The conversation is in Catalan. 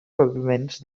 paviments